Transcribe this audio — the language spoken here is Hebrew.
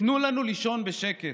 תנו לנו לישון בשקט.